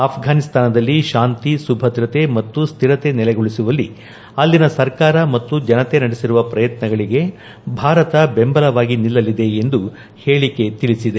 ಆಫ್ಟಾನಿಸ್ತಾನದಲ್ಲಿ ಶಾಂತಿ ಸುಭದ್ರತೆ ಮತ್ತು ಸ್ಥಿರತೆ ನೆಲೆಗೊಳಿಸುವಲ್ಲಿ ಅಲ್ಲಿನ ಸರ್ಕಾರ ಮತ್ತು ಜನತೆ ನಡೆಸಿರುವ ಪ್ರಯತ್ನಗಳಿಗೆ ಭಾರತ ಬೆಂಬಲವಾಗಿ ನಿಲ್ಲಲಿದೆ ಎಂದು ಹೇಳಿಕೆ ತಿಳಿಸಿದೆ